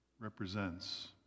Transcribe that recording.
represents